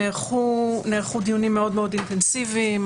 נערכו דיונים מאוד מאוד אינטנסיביים,